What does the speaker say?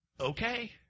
Okay